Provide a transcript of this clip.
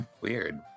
Weird